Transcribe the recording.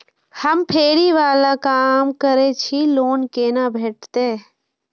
हम फैरी बाला काम करै छी लोन कैना भेटते?